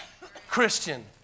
Christian